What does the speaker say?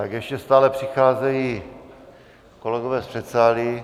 Ještě stále přicházejí kolegové z předsálí...